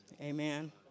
Amen